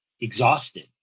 exhausted